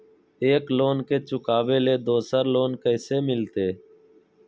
एक लोन के चुकाबे ले दोसर लोन कैसे मिलते?